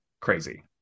crazy